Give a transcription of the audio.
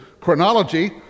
chronology